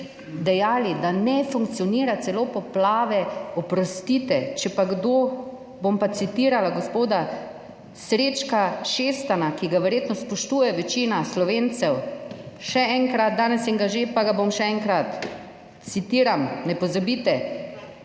dejali, da ne funkcionira, celo poplave – oprostite, če pa kdo, bom pa citirala gospoda Srečka Šestana, ki ga verjetno spoštuje večina Slovencev, še enkrat, danes sem ga že, pa ga bom še enkrat. Citiram: »Ne pozabite,